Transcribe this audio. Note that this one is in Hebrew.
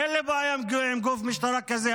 אין לי בעיה עם גוף משטרה כזה.